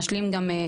שנשלים גם.